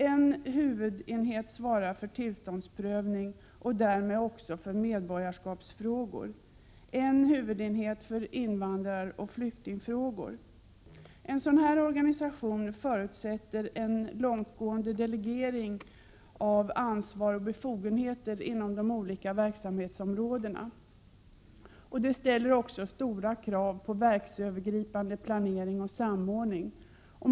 En huvudenhet svarar för tillståndsprövning och därmed också för medborgarskapsfrågor, en huvudenhet för invandraroch flyktingfrågor. En sådan organisation förutsätter en långtgående delegering av ansvar och befogenheter inom de olika verksamhetsområdena. Detta ställer stora krav på verksövergripande planering och samordning.